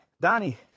Donnie